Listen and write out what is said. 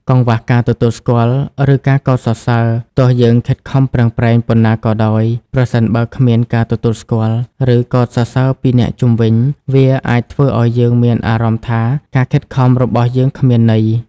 កង្វះការទទួលស្គាល់ ឬការកោតសរសើរ ទោះយើងខិតខំប្រឹងប្រែងប៉ុណ្ណាក៏ដោយ ប្រសិនបើគ្មានការទទួលស្គាល់ ឬកោតសរសើរពីអ្នកជុំវិញ វាអាចធ្វើឲ្យយើងមានអារម្មណ៍ថាការខិតខំរបស់យើងគ្មានន័យ។